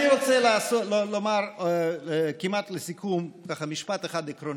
אני רוצה לומר כמעט לסיכום משפט אחד עקרוני: